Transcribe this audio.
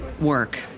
work